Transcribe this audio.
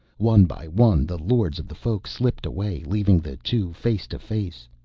one by one the lords of the folk slipped away, leaving the two face-to-face.